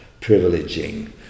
privileging